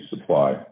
supply